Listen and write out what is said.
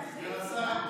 תגיד מה.